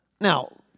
Now